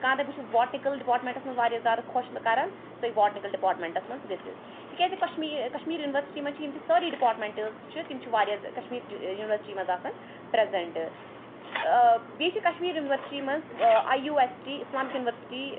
کانٛہہ دَپہِ بہٕ چھُس بواٹنِکَل ڈِپارٹمیٚنٹَس مَنٛز واریاہ زیادٕ خۄش کران سُہ ہیٚکہِ بواٹنِکَل ڈِپارٹمیٚنٹَس مَنٛز گٔژھِتھ تِکیٛازِ کشمیٖر کشمیٖر یونیٖوَرسٹی مَنٛز چھ یم تہِ سٲری ڈِپارٹمیٚنٹٕس چھِ تِم چھِ واریاہ کشمیٖر ٲں یونیٖوَرسٹی مَنٛز آسان پرٛیٚزنٹہٕ ٲں بیٚیہِ چھِ کشمیٖر یونیٖوَرسٹی مَنٛز ٲں I U S T Islamic university